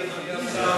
אדוני השר,